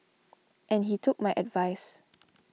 and he took my advice